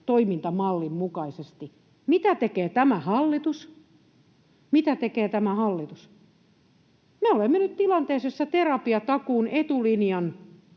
tämä hallitus — mitä tekee tämä hallitus? Me olemme nyt tilanteessa, jossa nämä terapiatakuun etulinjan